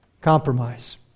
Compromise